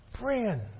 Friend